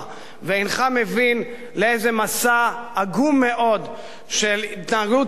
ואינך מבין לאיזה מסע עגום מאוד של התנהלות ציבורית,